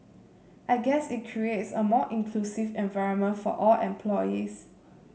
I guess it creates a more inclusive environment for all employees